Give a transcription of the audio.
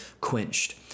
quenched